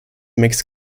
makes